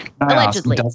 Allegedly